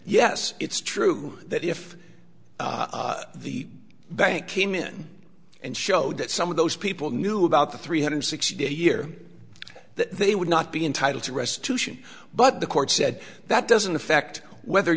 yes it's true that if the bank came in and showed that some of those people knew about the three hundred sixty day a year that they would not be entitled to restitution but the court said that doesn't affect whether